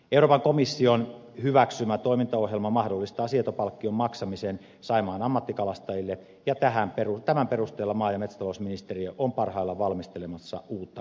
euroopan komission hyväksymä toimintaohjelma mahdollistaa sietopalkkion maksamisen saimaan ammattikalastajille ja tämän perusteella maa ja metsätalousministeriö on parhaillaan valmistelemassa uutta korvausjärjestelmää